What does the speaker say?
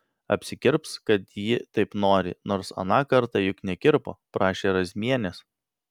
apsikirps kad ji taip nori nors aną kartą juk nekirpo prašė razmienės